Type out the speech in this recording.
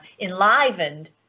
enlivened